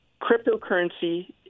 cryptocurrency